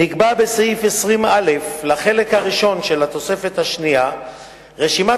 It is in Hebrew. נקבעה בסעיף 20א לחלק הראשון של התוספת השנייה רשימת